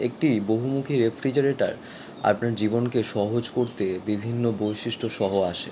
একটি বহুমুখী রেফ্রিজারেটার আপনার জীবনকে সহজ করতে বিভিন্ন বৈশিষ্ট্যসহ আসে